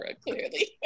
clearly